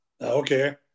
Okay